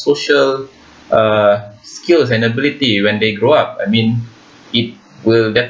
social uh skills and ability when they grow up I mean it will def~